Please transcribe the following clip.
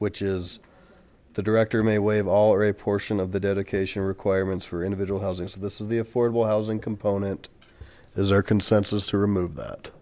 which is the director may waive all or a portion of the dedication requirements for individual housing so this is the affordable housing component is our consensus to remove that